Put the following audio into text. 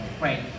Right